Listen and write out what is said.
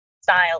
style